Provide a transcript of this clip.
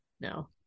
no